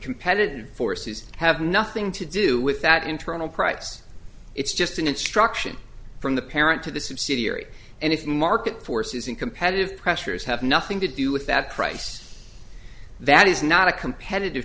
competitive forces have nothing to do with that internal price it's just an instruction from the parent to the subsidiary and if market forces in competitive pressures have nothing to do with that price that is not a competitive